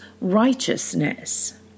righteousness